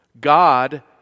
God